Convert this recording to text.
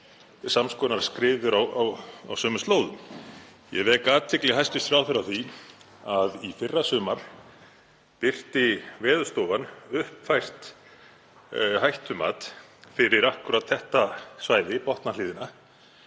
sams konar skriður á sömu slóðum. Ég vek athygli hæstv. ráðherra á því að í fyrrasumar birti Veðurstofan uppfært hættumat fyrir akkúrat þetta svæði, Botnahlíðina,